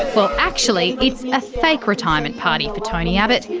well actually it's a fake retirement party for tony abbott.